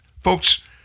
Folks